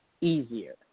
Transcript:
easier